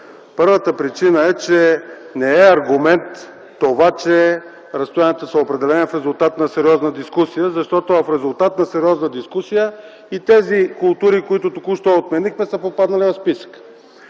Първата: не е аргумент това, че разстоянията са определени в резултат на сериозна дискусия, защото в резултат на сериозна дискусия и тези култури, които току-що отменихме, са попаднали в списъка.